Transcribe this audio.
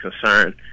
concerned